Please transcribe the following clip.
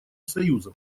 союзом